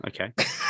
Okay